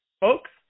folks